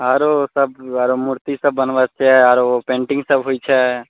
आरो सभ आरो मूर्ति सभ बनबै छियै आरो ओ पैन्टिंग सभ होइ छै